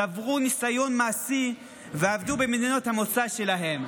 צברו ניסיון מעשי ועבדו במדינות המוצא שלהם,